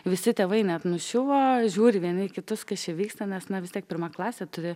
visi tėvai net nuščiuvo žiūri vieni kitus kas čia įvyksta nes na vis tiek pirma klasė turi